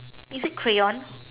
is it crayon